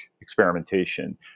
experimentation